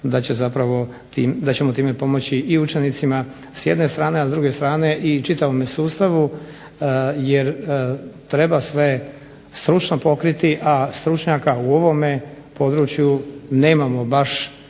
da ćemo time pomoći i učenicima s jedne strane, a s druge strane i čitavome sustavu jer treba sve stručno pokriti, a stručnjaka u ovome području nemamo baš